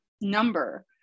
number